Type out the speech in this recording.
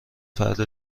فرد